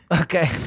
Okay